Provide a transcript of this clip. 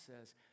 says